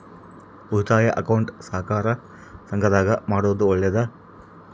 ಉಳಿತಾಯ ಅಕೌಂಟ್ ಸಹಕಾರ ಸಂಘದಾಗ ಮಾಡೋದು ಒಳ್ಳೇದಾ?